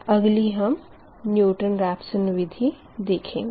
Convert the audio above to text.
अगली हम Newton Raphson विधि देखेंगे